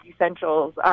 essentials